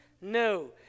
No